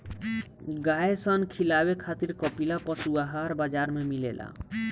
गाय सन खिलावे खातिर कपिला पशुआहार बाजार में मिलेला